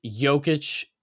Jokic